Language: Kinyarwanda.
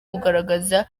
kugaragaza